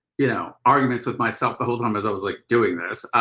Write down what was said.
you know, arguments with myself the whole time as i was like doing this.